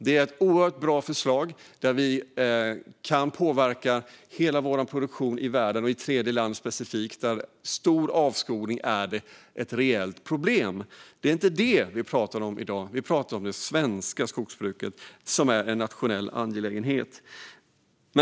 Det är ett oerhört bra förslag som gör att vi kan påverka hela vår produktion i världen och specifikt i tredjeland där stor avskogning är ett reellt problem. Det är inte det vi pratar om i dag, utan vi pratar om det svenska skogsbruket som är en nationell angelägenhet.